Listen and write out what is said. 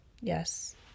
Yes